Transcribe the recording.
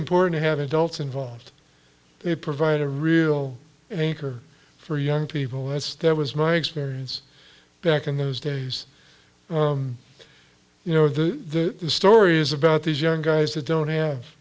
important to have adults involved they provide a real anchor for young people that's that was my experience back in those days you know the stories about these young guys that don't have